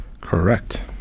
Correct